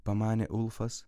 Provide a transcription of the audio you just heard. pamanė ulfas